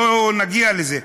שלא נגיע לזה,